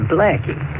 Blackie